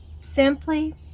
Simply